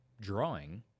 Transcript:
drawing